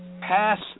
pass